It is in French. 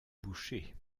bouchée